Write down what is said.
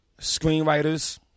screenwriters